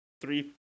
three